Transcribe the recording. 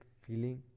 feeling